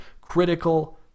critical